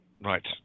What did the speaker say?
Right